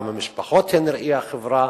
גם המשפחות הן ראי החברה,